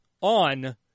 on